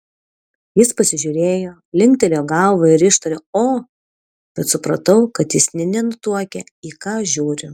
jis pasižiūrėjo linktelėjo galva ir ištarė o bet supratau kad jis nė nenutuokia į ką žiūri